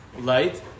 light